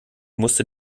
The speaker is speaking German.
musste